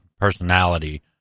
personality